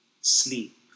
sleep